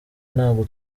ntabwo